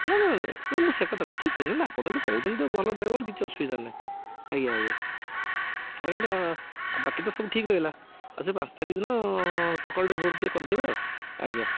ନା ନାଇଁ ନାଇଁ ମୁଁ ସେକଥା କହୁନି ଦେବ ଠିକ୍ ଅଛି ନାଇଁ ଆପଣ ଯଦି କହୁଛନ୍ତି ତେବେ ଭଲ ଡ୍ରାଇଭର କିଛି ଅସୁବିଧା ନା ନାଇଁ ଆଜ୍ଞା ଆଜ୍ଞା ଆଜ୍ଞା ଟିକ ବାକି ତ ସବୁ ଠିକ୍ ରହିଲା ଆଉ ସେ ପାଞ୍ଚ ତାରିଖ ଦିନ ସକାଳଟେ ଭୋରୁ ଟିକେ କରିଦେବେ ଆଉ ଆଜ୍ଞା